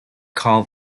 called